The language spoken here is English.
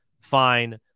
fine